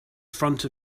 front